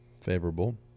Favorable